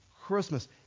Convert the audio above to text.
Christmas